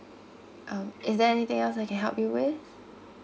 um is there anything else I can help you with